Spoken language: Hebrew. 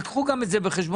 ותיקחו גם את זה בחשבון,